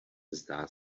zdá